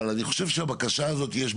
אבל אני חושב שיש היגיון בבקשה הזאת.